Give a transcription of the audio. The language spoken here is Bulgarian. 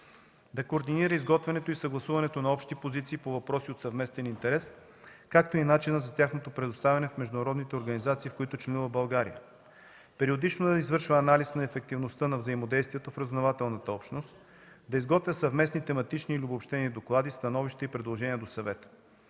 да координира изготвянето и съгласуването на общи позиции по въпроси от съвместен интерес, както и начина за тяхното предоставяне в международните организации, в които членува България; периодично да извършва анализ на ефективността на взаимодействието в разузнавателната общност; да изготвя съвместни тематични или обобщени доклади, становища и предложения до Съвета.